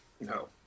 No